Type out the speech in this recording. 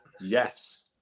yes